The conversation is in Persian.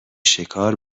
شکار